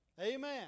Amen